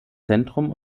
zentrum